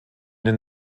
den